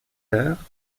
heures